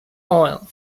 oil